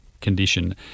condition